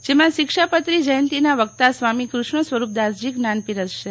જેમાં શિક્ષાપત્રી જયંતીના વક્તા સ્વામી કૃષ્ણસ્વરૂપદાસજી જ્ઞાન પીરસશે